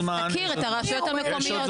אז תכיר את הרשויות המקומיות.